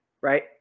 right